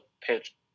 pitch